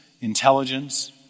intelligence